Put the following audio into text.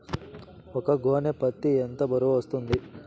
ఒక గోనె పత్తి ఎంత బరువు వస్తుంది?